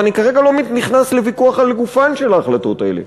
ואני כרגע לא נכנס לוויכוח על גופן של ההחלטות האלה,